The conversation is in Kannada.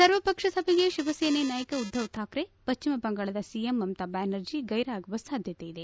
ಸರ್ವಪಕ್ಷ ಸಭೆಗೆ ಶಿವಸೇನೆಯ ನಾಯಕ ಉದ್ಲವ್ ಠಾಕ್ರೆ ಪಶ್ಚಿಮ ಬಂಗಾಳ ಶಿಎಂ ಮಮತಾ ಬ್ನಾನರ್ಜಿ ಗ್ಬೆರಾಗುವ ಸಾಧ್ಯತೆ ಇದೆ